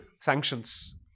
Sanctions